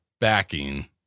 backing